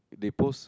they post